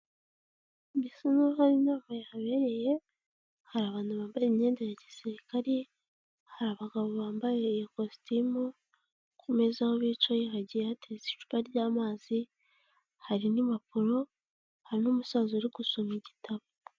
Bisa naho hari inama yahabereye, hari abantu bambaye imyenda ya gisirikari, hari abagabo bambaye kositimu, ku meza aho bicaye hagiye hateretse icupa ry'amazi, hari n'impapuro, hari n'umusaza uri gusoma igitabo.